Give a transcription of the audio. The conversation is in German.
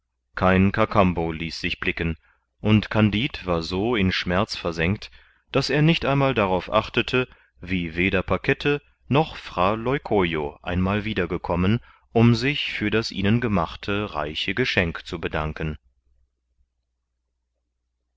kein kakambo ließ sich blicken und kandid war so in schmerz versenkt daß er nicht einmal darauf achtete wie weder pakette noch fra leucojo einmal wieder gekommen um sich für das ihnen gemachte reiche geschenk zu bedanken